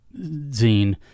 zine